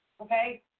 okay